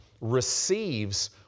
receives